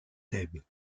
thèbes